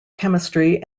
chemistry